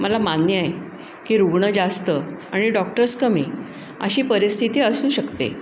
मला मान्य आहे की रुग्ण जास्त आणि डॉक्टर्स कमी अशी परिस्थिती असू शकते